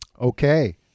okay